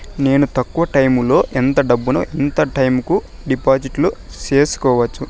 నేను తక్కువ టైములో ఎంత డబ్బును ఎంత టైము కు డిపాజిట్లు సేసుకోవచ్చు?